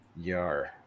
Yar